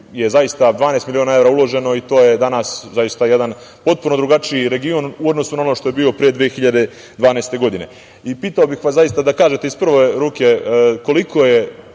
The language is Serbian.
je uloženo 12 miliona evra i to je danas zaista jedan potpuno drugačiji region u odnosu na ono što je bio pre 2012. godine. Pitao bih vas da kažete iz prve ruke koliko je